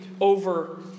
over